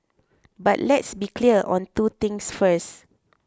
but let's be clear on two things first